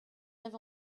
avez